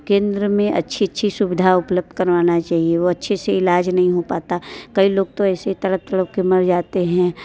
केंद्र में अच्छी अच्छी सुविधा उपलब्ध करवाना चाहिए वो अच्छे से इलाज नहीं हो पाता कई लोग तो ऐसे तड़प तड़प के मर जाते हैं